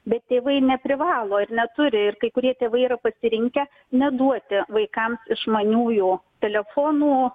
bet tėvai neprivalo ir neturi ir kai kurie tėvai yra pasirinkę neduoti vaikams išmaniųjų telefonų